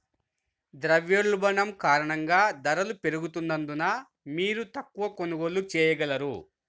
ద్రవ్యోల్బణం కారణంగా ధరలు పెరుగుతున్నందున, మీరు తక్కువ కొనుగోళ్ళు చేయగలరు